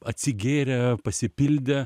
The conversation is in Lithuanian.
atsigėrę pasipildę